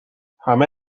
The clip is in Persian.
همه